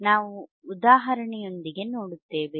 ನಾವು ಉದಾಹರಣೆಯೊಂದಿಗೆ ನೋಡುತ್ತೇವೆ